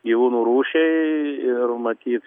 gyvūnų rūšiai ir matyt